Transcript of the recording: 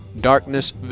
darkness